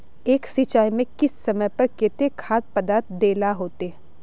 एक सिंचाई में किस समय पर केते खाद पदार्थ दे ला होते?